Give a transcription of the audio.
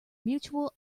mutual